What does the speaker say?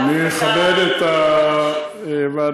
אני אכבד את הוועדה,